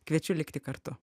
kviečiu likti kartu